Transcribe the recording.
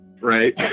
right